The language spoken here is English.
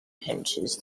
pinches